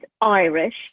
Irish